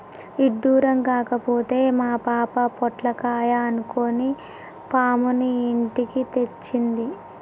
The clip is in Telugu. ఇడ్డురం కాకపోతే మా పాప పొట్లకాయ అనుకొని పాముని ఇంటికి తెచ్చింది